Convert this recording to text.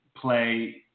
play –